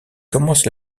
commence